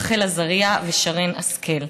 רחל עזריה ושרן השכל.